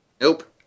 Nope